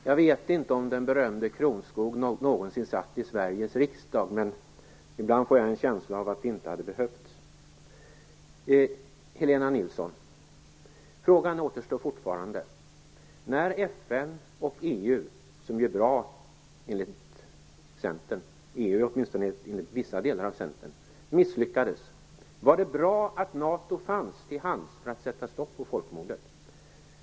Herr talman! Jag vet inte om den berömde Chronschough någonsin satt i Sverige riksdag men ibland får jag en känsla av att det inte hade behövts. Frågan återstår fortfarande, Helena Nilsson: När FN och EU, som ju är bra enligt Centern - EU åtminstone enligt vissa delar av Centern - misslyckades, var det bra att NATO då fanns till hands för att sätta stopp för folkmordet?